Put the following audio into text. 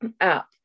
app